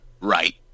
Right